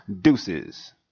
deuces